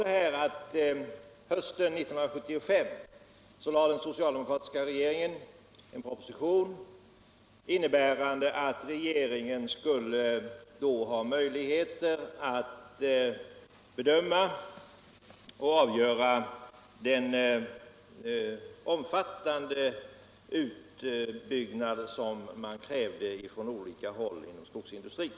Hösten 1975 lade den socialdemokratiska regeringen fram en propo sition, innebärande att regeringen skulle få möjligheter att bedöma och avgöra den omfattande utbyggnad som krävdes från olika håll inom skogsindustrin.